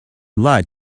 light